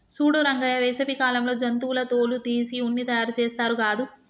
సూడు రంగయ్య వేసవి కాలంలో జంతువుల తోలు తీసి ఉన్ని తయారుచేస్తారు గాదు